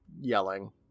yelling